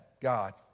God